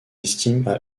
estiment